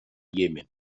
iemen